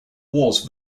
was